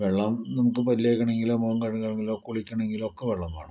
വെള്ളം നമുക്ക് പല്ല് തേക്കണങ്കിലോ മുഖം കഴുകണമെങ്കിലോ കുളിക്കണങ്കിൽ ഒക്കെ വെള്ളം വേണം